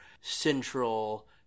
central